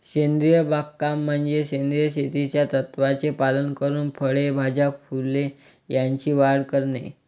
सेंद्रिय बागकाम म्हणजे सेंद्रिय शेतीच्या तत्त्वांचे पालन करून फळे, भाज्या, फुले यांची वाढ करणे